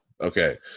Okay